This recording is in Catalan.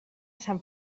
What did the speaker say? sant